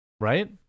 Right